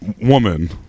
woman